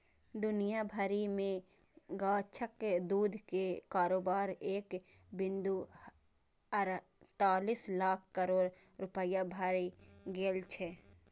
दुनिया भरि मे गाछक दूध के कारोबार एक बिंदु अड़तालीस लाख करोड़ रुपैया भए गेल छै